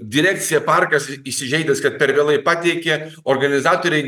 direkcija parkas įsižeidęs kad per vėlai pateikė organizatoriai